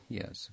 yes